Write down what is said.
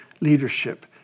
leadership